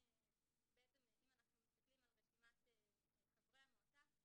אם אנחנו מסתכלים על רשימת חברי המועצה,